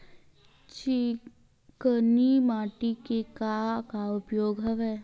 चिकनी माटी के का का उपयोग हवय?